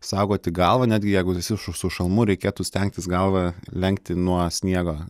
saugoti galvą netgi jeigu esi šu su šalmu reikėtų stengtis galvą lenkti nuo sniego